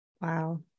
Wow